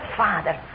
father